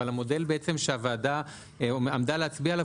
אבל המודל שעכשיו הוועדה בעצם עמדה להצביע עליו,